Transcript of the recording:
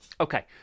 Okay